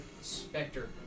Spectre